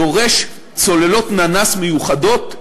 דורש צוללות ננס מיוחדות,